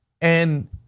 And-